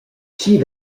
tgi